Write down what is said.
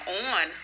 on